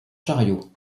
chariots